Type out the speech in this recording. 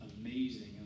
amazing